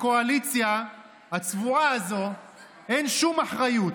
לקואליציה הצבועה הזאת אין שום אחריות,